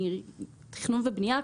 מתכנון ובנייה,